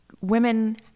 women